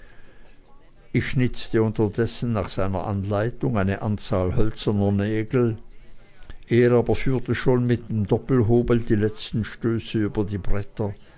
ich schnitzte unterdessen nach seiner anleitung eine anzahl hölzerner nägel er aber führte schon mit dem doppelhobel die letzten stöße über die bretter